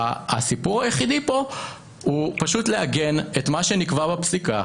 הסיפור היחיד פה הוא פשוט לעגן את מה שנקבע בפסיקה,